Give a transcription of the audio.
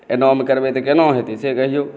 एनामे करबै तऽ केना हेतै से कहियो